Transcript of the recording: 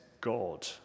God